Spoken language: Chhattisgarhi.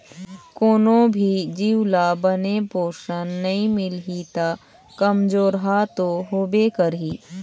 कोनो भी जीव ल बने पोषन नइ मिलही त कमजोरहा तो होबे करही